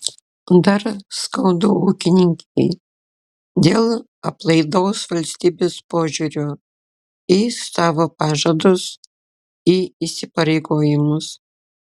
dar skaudu ūkininkei dėl aplaidaus valstybės požiūrio į savo pažadus į įsipareigojimus